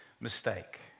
mistake